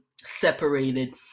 separated